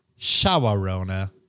Shawarona